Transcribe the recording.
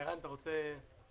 ערן, אתה רוצה להתייחס?